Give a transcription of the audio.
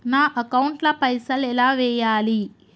నా అకౌంట్ ల పైసల్ ఎలా వేయాలి?